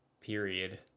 Period